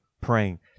praying